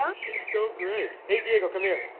um she's so great. hey diego, come here.